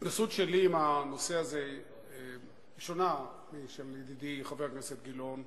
ההתנסות שלי עם הנושא הזה שונה משל ידידי חבר הכנסת גילאון.